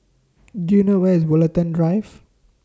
Do YOU know Where IS Woollerton Drive